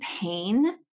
pain